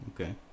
okay